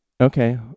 Okay